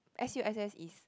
s_u_s_s is